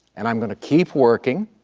and i'm going to keep working.